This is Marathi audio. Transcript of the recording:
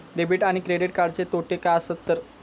डेबिट आणि क्रेडिट कार्डचे तोटे काय आसत तर?